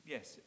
Yes